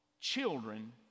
children